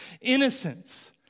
innocence